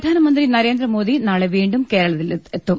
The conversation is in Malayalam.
പ്രധാനമന്ത്രി നരേന്ദ്രമോദി നാളെ വീണ്ടും കേരളത്തിലെത്തും